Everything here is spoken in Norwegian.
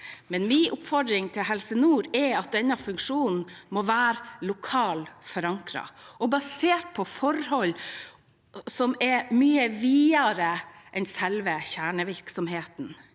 Men min oppfordring til Helse nord er at denne funksjonen må være lokalt forankret og basert på forhold som er mye videre enn selve kjernevirksomheten.